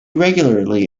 regularly